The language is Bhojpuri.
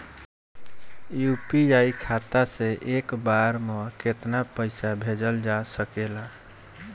यू.पी.आई खाता से एक बार म केतना पईसा भेजल जा सकेला?